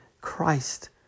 Christ